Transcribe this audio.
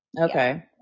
Okay